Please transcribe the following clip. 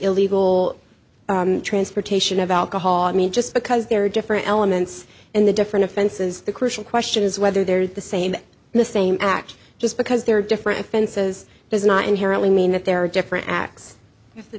illegal transportation of alcohol i mean just because there are different elements and the different offenses the crucial question is whether they're the same the same act just because there are different offenses does not inherently mean that there are different acts